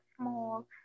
small